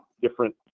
different